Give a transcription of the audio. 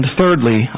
thirdly